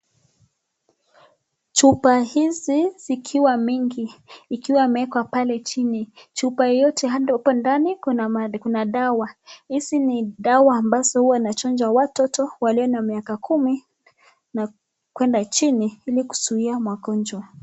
Chupa hizi zikiwa mingi, ikiwa imewekwa pale chini. Chupa yoyote hapo ndani kuna dawa. Hizi ni dawa ambazo huwa wanachanja watoto walio na miaka kumi na kwenda chini ili kuzuia magonjwa.